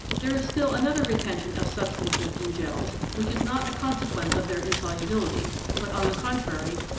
there is still another retention of substances in gels which is not a consequence of their insolubility, but, on the contrary,